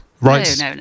right